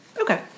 Okay